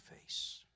face